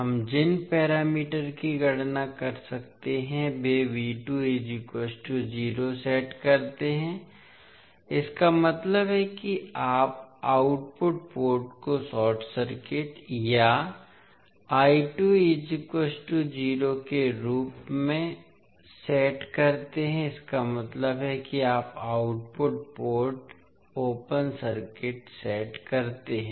हम जिन पैरामीटर की गणना कर सकते हैं वे सेट करते हैं इसका मतलब है कि आप आउटपुट पोर्ट को शॉर्ट सर्किट या के रूप में सेट करते हैं इसका मतलब है कि आप output port open circuit set करते हैं